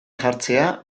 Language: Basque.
jartzea